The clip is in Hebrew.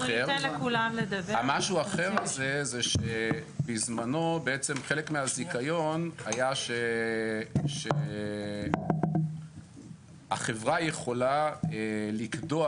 המשהו האחר זה שבזמנו בעצם חלק מהזיכיון היה שהחברה יכולה לקדוח